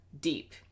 deep